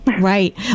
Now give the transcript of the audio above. right